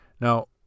Now